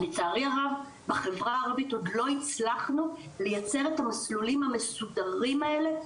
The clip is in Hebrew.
לצערי הרב בחברה הערבית עוד לא הצלחנו לייצר את המסלולים המסודרים האלה,